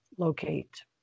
locate